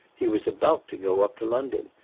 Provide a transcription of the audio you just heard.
he was about to go up to london,